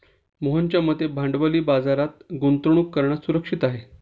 मोहनच्या मते भांडवली बाजारात गुंतवणूक करणं सुरक्षित आहे